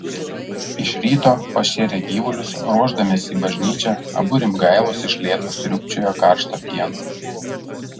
iš ryto pašėrę gyvulius ruošdamiesi į bažnyčią abu rimgailos iš lėto sriūbčiojo karštą pieną